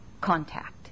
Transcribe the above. contact